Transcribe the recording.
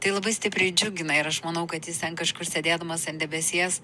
tai labai stipriai džiugina ir aš manau kad jis ten kažkur sėdėdamas ant debesies